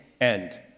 end